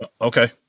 Okay